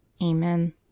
Amen